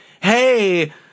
hey